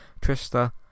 Trista